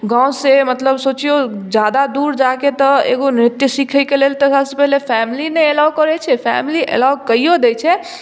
गाँव से मतलब सोचियौ जादा दूर जाकेँ तऽ एगो नृत्य सिखैके लेल तऽ सभसँ पहिले फैमिली नहि एलाव करै छै फैमिली एलाव कैयो दै छै